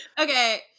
Okay